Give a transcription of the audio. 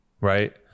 right